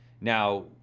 Now